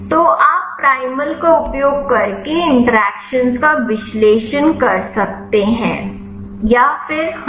तो आप प्राइमल का उपयोग करके इंटरेक्शन्स का विश्लेषण कर सकते हैं या फिर हाँ